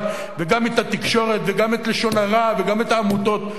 וגם את התקשורת וגם את לשון הרע וגם את העמותות.